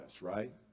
right